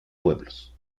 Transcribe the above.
pueblos